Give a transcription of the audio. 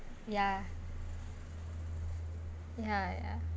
ya ya